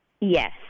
Yes